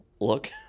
look